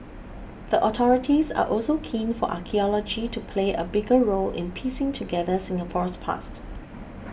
the authorities are also keen for archaeology to play a bigger role in piecing together Singapore's past